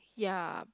ya